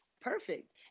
perfect